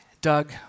Doug